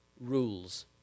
Rules